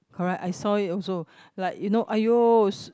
correct I saw it also like you know !aiyo! s~